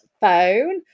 phone